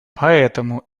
поэтому